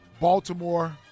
Baltimore